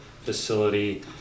facility